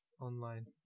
online